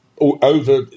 over